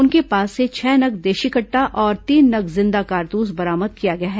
उनके पास से छह नग देशी कट्टा और तीन नग जिंदा कारतूस बरामद किया गया है